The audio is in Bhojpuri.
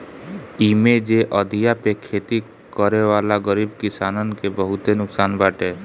इमे जे अधिया पे खेती करेवाला गरीब किसानन के बहुते नुकसान बाटे